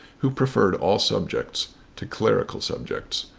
who preferred all subjects to clerical subjects.